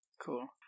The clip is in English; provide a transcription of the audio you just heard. cool